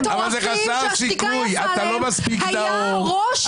אתה לא מספיק נאור.